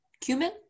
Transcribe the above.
Cumin